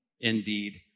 indeed